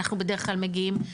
אנחנו בדרך כלל מגיעים ל-64.